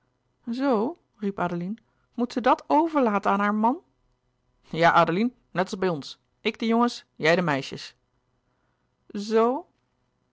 adeline moet ze dat overlaten aan haar man ja adeline net als bij ons ik de jongens jij de meisjes zoo